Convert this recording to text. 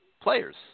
players